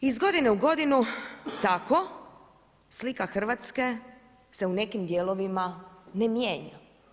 Iz godine u godinu tako slika Hrvatske se u nekim dijelovima ne mijenja.